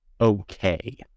okay